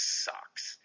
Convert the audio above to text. sucks